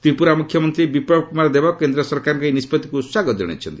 ତ୍ରିପୁରା ମୁଖ୍ୟମନ୍ତ୍ରୀ ବିପ୍ଳବ କୁମାର ଦେବ କେନ୍ଦ୍ର ସରକାରଙ୍କ ଏହି ନିଷ୍ପତ୍ତିକୁ ସ୍ୱାଗତ ଜଣାଇଛନ୍ତି